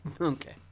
Okay